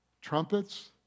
Trumpets